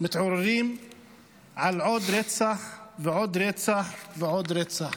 מתעוררים בלי עוד רצח ועוד רצח ועוד רצח.